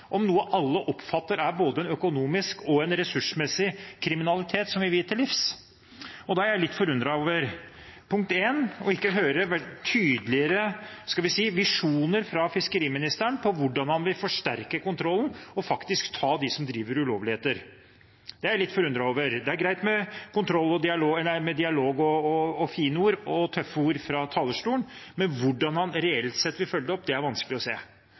om noe som alle oppfatter er en både økonomisk og ressursmessig kriminalitet som vi vil til livs. Da er jeg litt forundret over for det første ikke å høre tydeligere – skal vi si – visjoner fra fiskeriministeren om hvordan han vil forsterke kontrollen og faktisk ta dem som driver med ulovligheter. Det er jeg litt forundret over. Det er greit med dialog og fine ord og tøffe ord fra talerstolen, men hvordan han reelt sett vil følge det opp, det er det vanskelig å se.